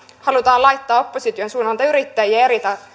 halutaan laittaa opposition suunnalta yrittäjiä